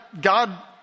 God